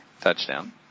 touchdown